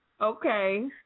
Okay